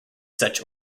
such